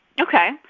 Okay